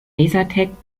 lasertag